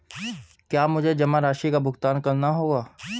क्या मुझे जमा राशि का भुगतान करना होगा?